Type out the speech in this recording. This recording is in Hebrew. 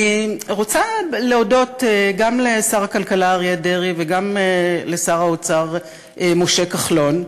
אני רוצה להודות גם לשר הכלכלה אריה דרעי וגם לשר האוצר משה כחלון.